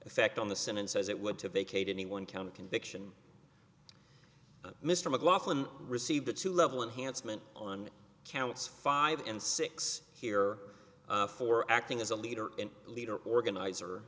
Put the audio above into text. effect on the sentence says it would to vacate any one count conviction mr mclaughlin received a two level enhanced meant on counts five and six here for acting as a leader and leader organizer